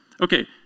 Okay